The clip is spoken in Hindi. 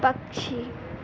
पक्षी